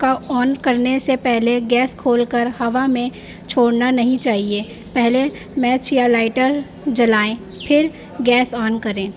کا آن کرنے سے پہلے گیس کھول کر ہوا میں چھوڑنا نہیں چاہیے پہلے میچ یا لائٹر جلائیں پھر گیس آن کریں